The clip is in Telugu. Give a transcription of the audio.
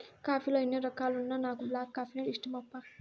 కాఫీ లో ఎన్నో రకాలున్నా నాకు బ్లాక్ కాఫీనే ఇష్టమప్పా